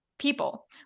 people